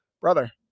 Brother